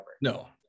No